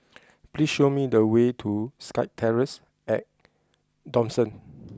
please show me the way to SkyTerrace at Dawson